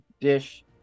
Dish